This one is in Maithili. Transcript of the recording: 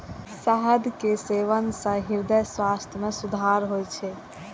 शहद के सेवन सं हृदय स्वास्थ्य मे सुधार होइ छै